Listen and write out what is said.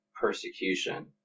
persecution